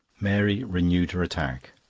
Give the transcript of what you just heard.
mary renewed her attack.